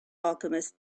alchemist